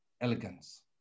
elegance